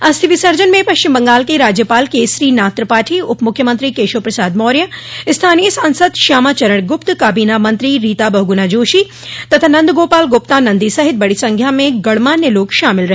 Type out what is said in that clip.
अस्थि विसर्जन में पश्चिम बंगाल के राज्यपाल केसरीनाथ त्रिपाठी उप मुख्यमंत्री केशव प्रसाद मौर्य स्थानीय सांसद श्यामाचरण ग्प्त काबीना मंत्री रीता बहुगुणा जोशी तथा नन्दगोपाल गूप्ता नन्दी सहित बड़ी संख्या में गणमान्य लोग शामिल रहे